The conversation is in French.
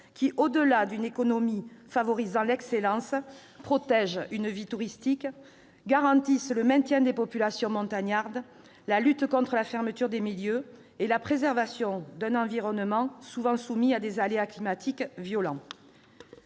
qui, au-delà d'une économie favorisant l'excellence, protègent une vie touristique, garantissent le maintien des populations montagnardes, la lutte contre la fermeture des milieux et la préservation d'un environnement souvent soumis à des aléas climatiques violents.